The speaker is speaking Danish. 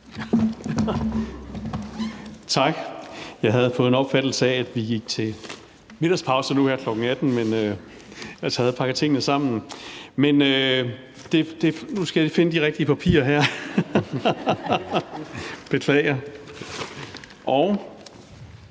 Tak. Jeg havde fået en opfattelse af, at vi gik til middagspause nu her kl. 18.00, så jeg havde pakket tingene sammen, men nu skal jeg lige finde de rigtige papirer her. Jeg beklager.